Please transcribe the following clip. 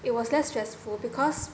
it was less stressful because